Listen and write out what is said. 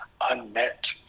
unmet